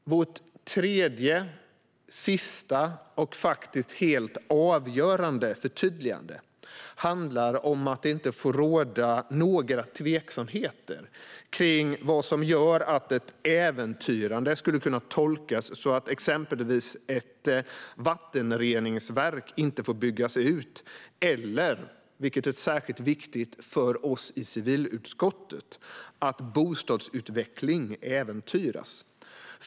Vårt tredje, sista och faktiskt helt avgörande förtydligande handlar om att det inte får råda några tveksamheter kring vad som gör att ett äventyrande skulle kunna tolkas som att exempelvis ett vattenreningsverk inte får byggas ut eller, vilket är särskilt viktigt för oss i civilutskottet, att bostadsutveckling äventyras.